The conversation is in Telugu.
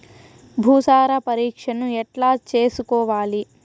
భూసార పరీక్షను ఎట్లా చేసుకోవాలి?